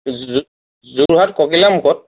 বুজিলোঁ যোৰহাট ককিলামুখত